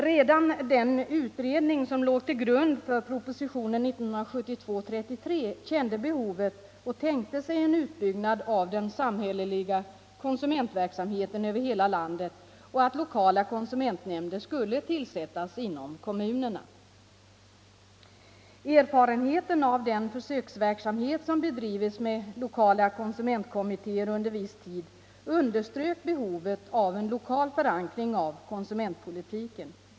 Redan den utredning som låg till grund för propositionen 33 år 1972 kände behovet och tänkte sig en utbyggnad av den samhälleliga konsumentverksamheten över hela landet och att lokala konsumentnämnder skulle tillsättas inom kommunerna. Erfarenheten av den försöksverksamhet som bedrivits med lokala konsumentkommittéer under viss tid underströk behovet av en lokal förankring av konsumentpolitiken.